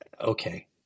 okay